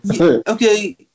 Okay